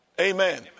Amen